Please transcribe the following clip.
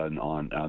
on